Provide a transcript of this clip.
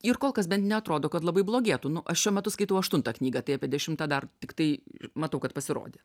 ir kol kas bent neatrodo kad labai blogėtų nu aš šiuo metu skaitau aštuntą knygą tai apie dešimtą dar tiktai matau kad pasirodė